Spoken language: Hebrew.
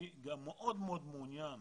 אני מאוד מאוד מעוניין